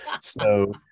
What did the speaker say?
So-